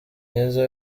myiza